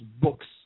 books